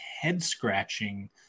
head-scratching